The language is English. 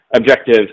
objective